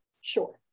Sure